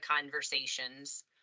conversations